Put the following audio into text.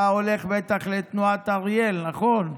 אתה הולך בטח לתנועת אריאל, נכון?